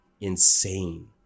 insane